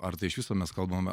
ar tai iš viso mes kalbame